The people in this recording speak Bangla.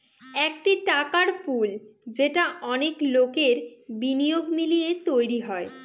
একটি টাকার পুল যেটা অনেক লোকের বিনিয়োগ মিলিয়ে তৈরী হয়